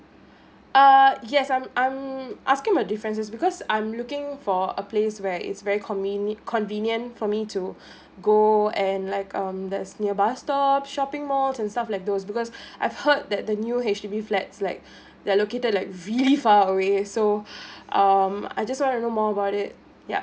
err yes I'm I'm asking the differences because I'm looking for a place where it's very conveni~ convenient for me to go and like um there's near bus stops shopping malls and stuff like those because I've heard that the new H_D_B flats like like located like really far away so um I just wanna know more about it yup